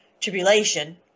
tribulation